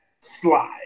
slide